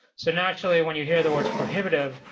so naturally, when you hear the words prohibitive,